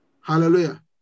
Hallelujah